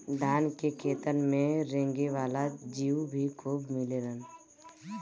धान के खेतन में रेंगे वाला जीउ भी खूब मिलेलन